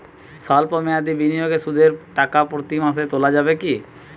সল্প মেয়াদি বিনিয়োগে সুদের টাকা প্রতি মাসে তোলা যাবে কি?